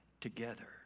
together